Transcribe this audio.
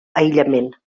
aïllament